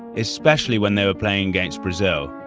especially when they were playing against brazil.